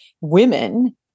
women